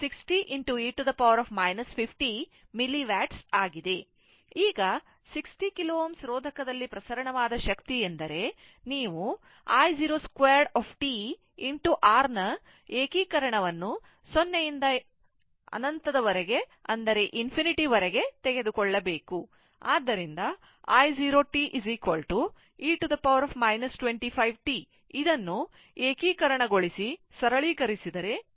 ಈಗ 60 K Ω ರೋಧಕದಲ್ಲಿ ಪ್ರಸರಣವಾದ ಶಕ್ತಿಯೆಂದರೆ ನೀವು i 02 t R ನ ಏಕೀಕರಣವನ್ನು 0 ರಿಂದ ∞ ವರೆಗೆ ತೆಗೆದುಕೊಳ್ಳಬೇಕು ಆದ್ದರಿಂದ i 0 t e 25t ಇದನ್ನು ಏಕೀಕರಣಗೊಳಿಸಿ ಸರಳೀಕರಿಸಿದರೆ ನೀವು 1